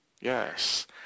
Yes